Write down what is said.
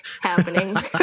happening